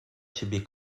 ciebie